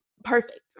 Perfect